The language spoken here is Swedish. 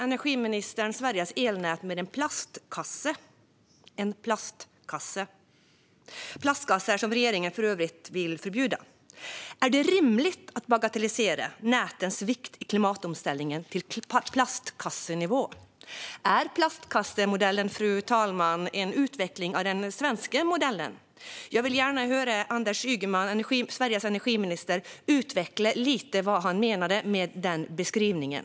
Energiministern jämförde då Sveriges elnät med en plastkasse - en plastkasse. Regeringen vill för övrigt förbjuda plastkassar. Är det rimligt att bagatellisera nätens vikt i klimatomställningen till plastkassenivå? Är plastkassemodellen en utveckling av den svenska modellen? Fru talman! Jag vill gärna höra Anders Ygeman, Sveriges energiminister, utveckla vad han menade med den jämförelsen.